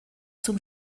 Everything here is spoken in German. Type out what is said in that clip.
zum